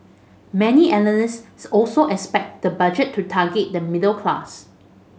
many analysts also expect the Budget to target the middle class